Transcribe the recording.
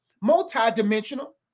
multi-dimensional